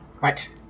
Right